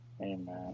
Amen